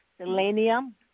selenium